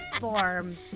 Form